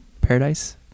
paradise